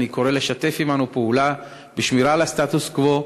אני קורא לשתף עמנו פעולה בשמירה על הסטטוס-קוו